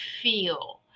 feel